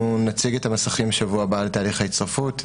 אנחנו נציג את המסכים שבוע הבא על תהליך הצטרפות.